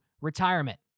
retirement